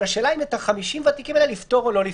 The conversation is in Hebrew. אבל השאלה היא אם את 50 הוותיקים האלה לפטור או לא לפטור.